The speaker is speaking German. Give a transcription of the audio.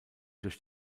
durch